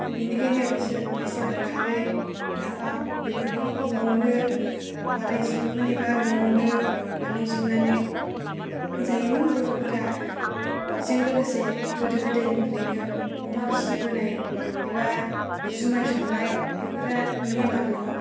बेनिखायनो बिसोर बिसोरो खारै नाफाम बेफोरखौ न'आवनो बानायजोबोमोन एबा न'आवनो बानायजोबनानै जायोमोन बर'फोरा बिजों लोगोसे गोदो गोदायनिफ्रायनो अमा फिसिबोनाय एबा जुमाय संनाय बेफोरा नेमा दङ